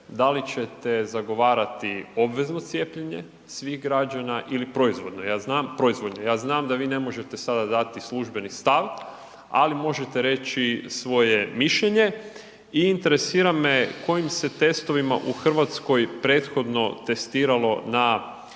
da li ćete zagovarati obvezno cijepljenje svih građana ili proizvodno. Ja znam, proizvoljno. Ja znam da vi ne možete sada dati službeni stav, ali možete reći svoje mišljenje. I interesira me kojim se testovima u RH prethodno testiralo na